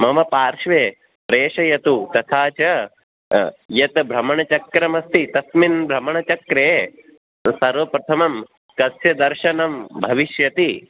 मम पार्श्वे प्रेशयतु तथा च यत् भ्रमणचक्रमस्ति तस्मिन् भ्रमणचक्रे सर्वप्रथमं तस्य दर्शनं भविष्यति